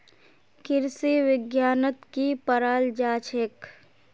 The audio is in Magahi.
कृषि विज्ञानत की पढ़ाल जाछेक